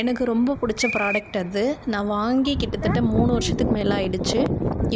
எனக்கு ரொம்ப பிடிச்ச ப்ராடக்ட் அது நான் வாங்கி கிட்டத்தட்ட மூணு வருஷத்துக்கு மேல ஆகிடுச்சி